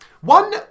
One